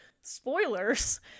spoilers